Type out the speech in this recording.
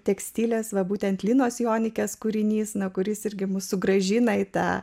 tekstilės va būtent linos kūrinys kuris irgi mus sugrąžina į tą